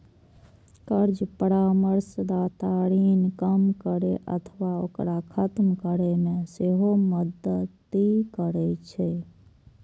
कर्ज परामर्शदाता ऋण कम करै अथवा ओकरा खत्म करै मे सेहो मदति करै छै